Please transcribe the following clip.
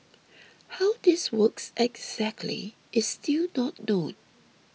how this works exactly is still not known